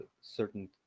certain